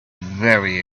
very